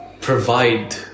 provide